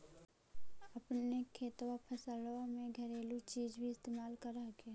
अपने खेतबा फसल्बा मे घरेलू चीज भी इस्तेमल कर हखिन?